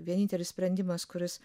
vienintelis sprendimas kuris